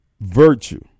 Virtue